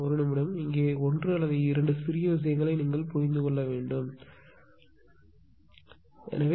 1 நிமிடம் இங்கே ஒன்று அல்லது இரண்டு சிறிய விஷயங்களை நீங்கள் இதைப் புரிந்து கொள்ள வேண்டும் x1